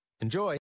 Enjoy